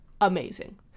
amazing